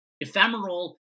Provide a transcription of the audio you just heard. ephemeral